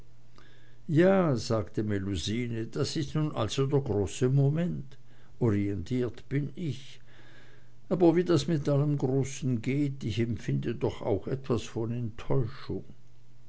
ja sagte melusine das ist nun also der große moment orientiert bin ich aber wie das mit allem großen geht ich empfinde doch auch etwas von enttäuschung